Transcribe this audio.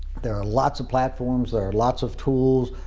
there are lots of platforms, there are lots of tools.